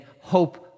hope